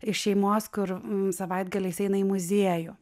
iš šeimos kur savaitgaliais eina į muziejų